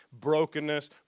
brokenness